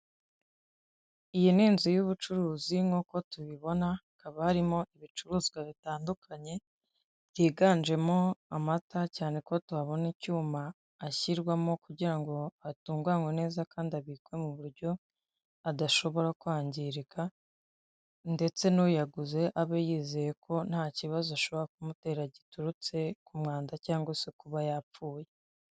Iyi ni inzu y'ubucuruzi nkuko tubibona, haba harimo ibicuruzwa bitandukanye byiganjemo amata cyane ko tuhabona icyuma ashyirwamo kugira ngo atunganwe neza kandi abikwe mu buryo adashobora kwangirika ndetse n'uyaguze abe yizeye ko nta kibazo ashobora kumutera giturutse ku mwanda cyangwa se kuba yapfuye.